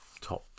top